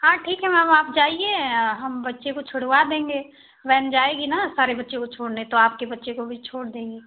हाँ ठीक है मेम आप जाएं हम बच्चे को छुड़वा देंगे वैन जायेगी ना सारे बच्चों को छोड़ने तो आपके बच्चे को भी छोड़ देगी